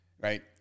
right